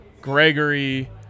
Gregory